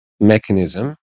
mechanism